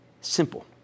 Simple